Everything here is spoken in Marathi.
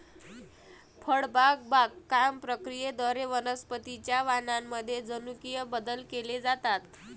फळबाग बागकाम प्रक्रियेद्वारे वनस्पतीं च्या वाणांमध्ये जनुकीय बदल केले जातात